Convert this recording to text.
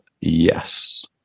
Yes